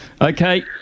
Okay